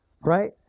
right